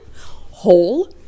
whole